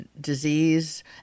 disease